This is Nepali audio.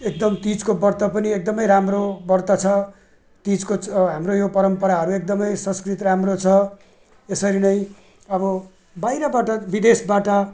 एकदम तिजको व्रत पनि एकदमै राम्रो व्रत छ तिजको हाम्रो यो परम्पराहरू एकदमै संस्कृति राम्रो छ यसरी नै अब बाहिरबाट विदेशबाट